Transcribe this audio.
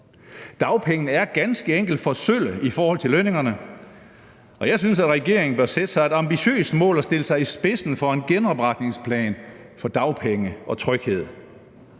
Dagpengene er ganske enkelt for sølle i forhold til lønningerne, og jeg synes, at regeringen bør sætte sig et ambitiøst mål og stille sig i spidsen for en genopretningsplan for dagpenge og tryghed.